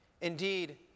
Indeed